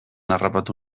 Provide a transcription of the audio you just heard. harrapatu